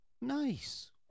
nice